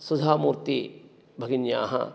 सुधामूर्तीभगिन्याः